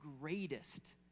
greatest